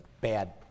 Bad